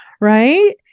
Right